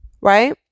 Right